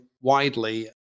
widely